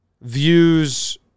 views